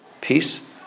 Peace